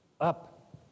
up